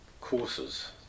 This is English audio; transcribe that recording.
courses